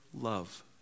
love